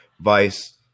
vice